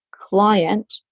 client